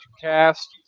cast